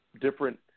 Different